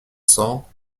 cents